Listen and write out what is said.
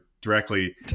directly